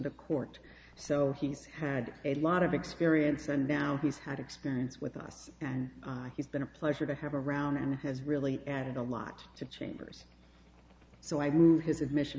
the court so he's had a lot of experience and now he's had experience with us and he's been a pleasure to have around and has really added a lot to changers so i moved his admission